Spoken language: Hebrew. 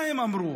מה הם אמרו?